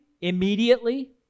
Immediately